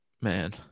man